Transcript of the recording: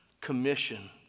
commission